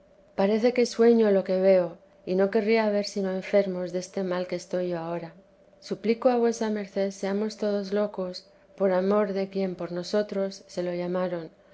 parece que sueño lo que veo y no querría ver sino enfermos deste mal que estoy yo ahora suplico a vuesa merced seamos todos locos por amor de quien por nosotros se lo llamaron